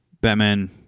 Batman